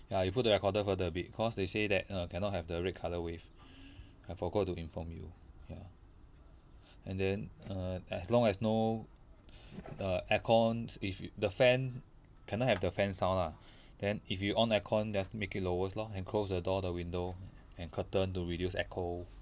ya you put the recorder further a bit cause they say that err cannot have the red colour wave I forgot to inform you ya and then err as long as no err aircon if the fan cannot have the fan sound lah then if you on aircon just make it lowest lor and close the door the window and curtain to reduce echo